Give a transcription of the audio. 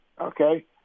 Okay